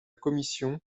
commission